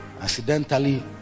Accidentally